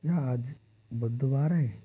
क्या आज बुद्धवार है